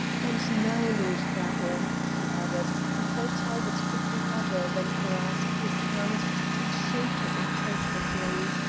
and now, lord fairholme, he added, before talbot could do other than grasp his hand and shake it impulsively,